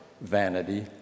vanity